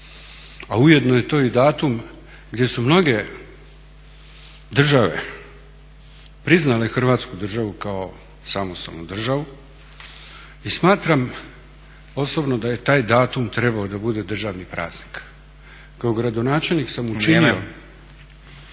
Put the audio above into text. a ujedno je to i datum gdje su mnoge države priznale Hrvatsku državu kao samostalnu državu i smatram osobno da je taj datum trebao biti državni praznik. … /Upadica Nenad Stazić: